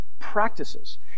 practices